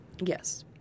Yes